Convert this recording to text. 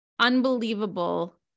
unbelievable